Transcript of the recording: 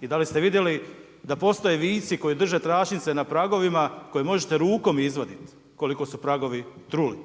i da li ste vidjeli da postoje vijci koji drže tračnice na pragovima, koje možete rukom izvaditi kliko su pragovi truli.